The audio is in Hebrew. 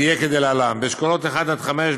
תהיה כלהלן: (1) באשכולות 1 עד 5,